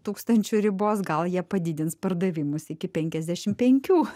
tūkstančių ribos gal jie padidins pardavimus iki penkiasdešim penkių